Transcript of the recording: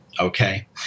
Okay